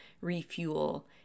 refuel